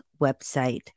website